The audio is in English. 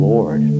Lord